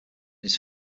his